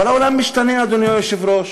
אבל העולם משתנה, אדוני היושב-ראש,